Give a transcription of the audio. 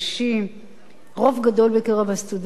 רוב גדול מקרב הסטודנטים נשים.